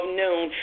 noon